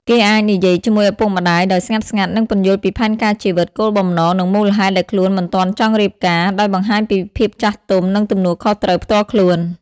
គេអាចនិយាយជាមួយឪពុកម្តាយដោយស្ងាត់ៗ និងពន្យល់ពីផែនការជីវិត គោលបំណង និងមូលហេតុដែលខ្លួនមិនទាន់ចង់រៀបការ ដោយបង្ហាញពីភាពចាស់ទុំ និងទំនួលខុសត្រូវផ្ទាល់ខ្លួន ។